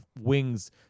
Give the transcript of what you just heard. wings